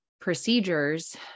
procedures